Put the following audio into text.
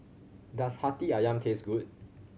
does Hati Ayam taste good